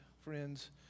friends